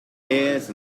heirs